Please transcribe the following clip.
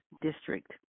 district